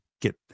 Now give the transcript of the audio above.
get